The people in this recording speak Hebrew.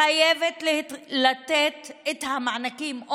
היא חייבת לתת את המענקים, תודה.